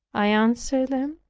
i answered them,